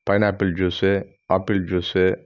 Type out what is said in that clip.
pineapple juice apple juice